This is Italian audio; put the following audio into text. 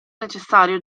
necessario